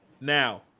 Now